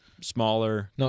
smaller